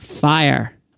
Fire